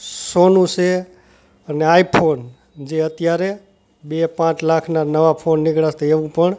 સોનું છે અને આઈફોન જે અત્યારે બે પાંચ લાખના નવા ફોન નીકળ્યા છે તે એવું પણ